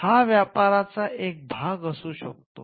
हा व्यापाराचा एक भाग असू शकतो